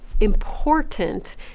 important